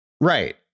Right